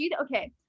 okay